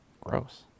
Gross